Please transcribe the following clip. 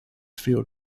field